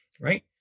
Right